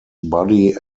body